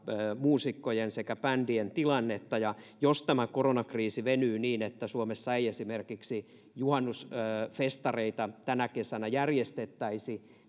muusikkojen sekä bändien tilannetta ja jos tämä koronakriisi venyy niin että suomessa ei esimerkiksi juhannusfestareita tänä kesänä järjestettäisi